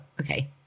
okay